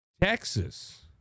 Texas